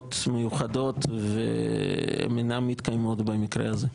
לנסיבות מיוחדות, והן אינן מתקיימות במקרה הזה.